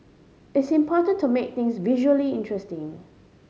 it's important to make things visually interesting